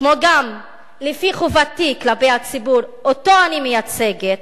כמו גם לפי חובתי כלפי הציבור שאותו אני מייצגת,